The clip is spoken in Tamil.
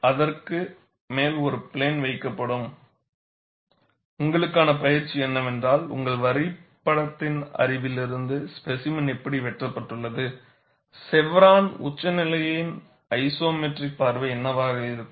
ஆனால் அதற்கு மேல் ஒரு பிளேன் வைக்கப்படும் உங்களுக்கான பயிற்சி என்னவென்றால் உங்கள் வரைபடத்தின் அறிவிலிருந்து ஸ்பேசிமென் இப்படி வெட்டப்படும்போது செவ்ரான் உச்சநிலையின் ஐசோமெட்ரிக் பார்வை என்னவாக இருக்கும்